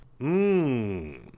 Mmm